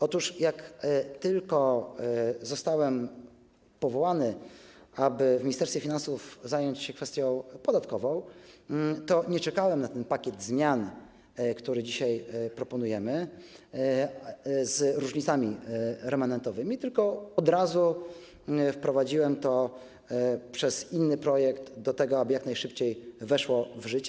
Otóż gdy tylko zostałem powołany, aby w Ministerstwie Finansów zająć się kwestią podatkową, to nie czekałem na ten pakiet zmian, który dzisiaj proponujemy z różnicami remanentowymi, tylko od razu wprowadziłem to przez inny projekt tak, aby jak najszybciej weszło w życie.